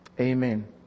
Amen